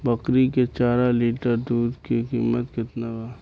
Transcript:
बकरी के चार लीटर दुध के किमत केतना बा?